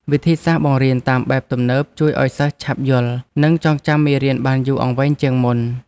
វិធីសាស្ត្របង្រៀនតាមបែបទំនើបជួយឱ្យសិស្សឆាប់យល់និងចងចាំមេរៀនបានយូរអង្វែងជាងមុន។